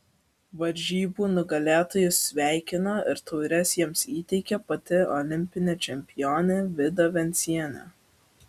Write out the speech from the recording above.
varžybų nugalėtojus sveikino ir taures jiems įteikė pati olimpinė čempionė vida vencienė